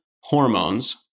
hormones